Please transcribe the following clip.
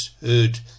heard